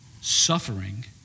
suffering